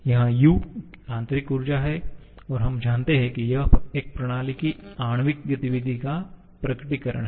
यहां U आंतरिक ऊर्जा है और हम जानते हैं कि यह एक प्रणाली की आणविक गतिविधि का प्रकटीकरण है